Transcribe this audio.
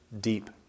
deep